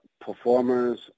performers